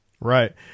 Right